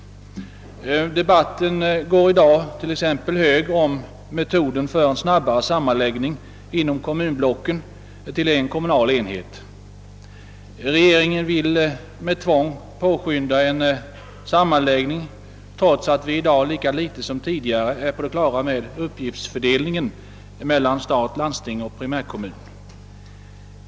Debatten går i dag hög om t.ex. metoden för en snabbare sammanläggning inom kommunblocken till en kommunal enhet. Regeringen vill med tvång påskynda en sammanläggning, trots att vi i dag lika litet som tidigare är på det klara med <uppgiftsfördelningen mellan stat, landsting och primärkommun.